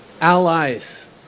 allies